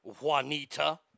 Juanita